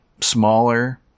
smaller